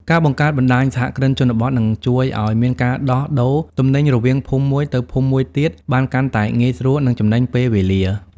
ការបង្កើត "បណ្ដាញសហគ្រិនជនបទ" នឹងជួយឱ្យមានការដោះដូរទំនិញរវាងភូមិមួយទៅភូមិមួយទៀតបានកាន់តែងាយស្រួល និងចំណេញពេលវេលា។